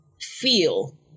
feel